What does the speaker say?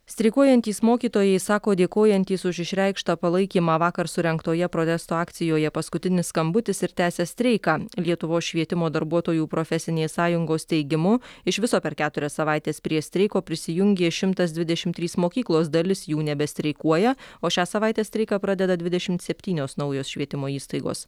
streikuojantys mokytojai sako dėkojantys už išreikštą palaikymą vakar surengtoje protesto akcijoje paskutinis skambutis ir tęsia streiką lietuvos švietimo darbuotojų profesinės sąjungos teigimu iš viso per keturias savaites prie streiko prisijungė šimtas dvidešimt trys mokyklos dalis jų nebestreikuoja o šią savaitę streiką pradeda dvidešimt septynios naujos švietimo įstaigos